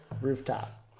rooftop